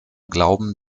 glauben